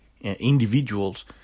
individuals